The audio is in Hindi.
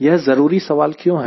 यह जरूरी सवाल क्यों है